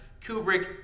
Kubrick